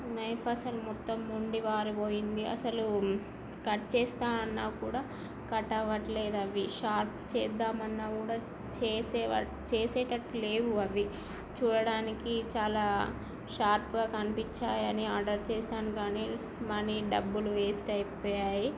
knife అసలు మొత్తం మొండిబారిపోయింది అసలు కట్ చేస్తా అన్నా కూడా కట్ అవ్వట్లేదు అవి షార్ప్ చేద్దామన్న కూడా చేసే చేసేటట్లు లేవు అవి చూడడానికి చాలా షార్ప్గా కనిపించాయని ఆర్డర్ చేశాను కానీ మనీ డబ్బులు వేస్ట్ అయిపోయాయి